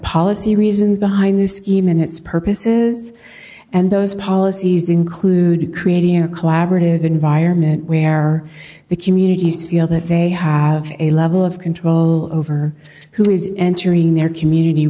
policy reasons behind the scheme and its purposes and those policies include creating a collaborative environment where the communities feel that they have a level of control over who is entering their community